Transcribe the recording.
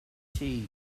tea